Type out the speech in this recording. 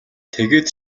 тэгээд